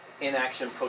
inaction